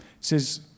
says